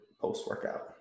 post-workout